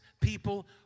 people